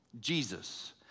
Jesus